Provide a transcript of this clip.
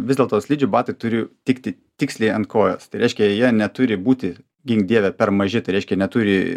vis dėl to slidžių batai turi tikti tiksliai ant kojos tai reiškia jie neturi būti gink dieve per maži tai reiškia neturi